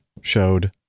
showed